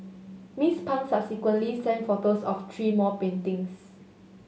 Miss Pang subsequently sent photos of three more paintings